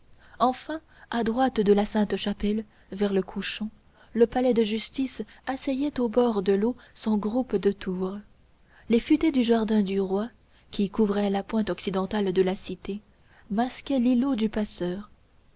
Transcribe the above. enfin à droite de la sainte-chapelle vers le couchant le palais de justice asseyait au bord de l'eau son groupe de tours les futaies des jardins du roi qui couvraient la pointe occidentale de la cité masquaient l'îlot du passeur